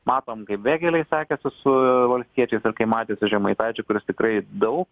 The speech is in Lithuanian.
matom kaip vėgėlei sekėsi su valstiečiais ir kai matėte žemaitaičiui kuris tikrai dau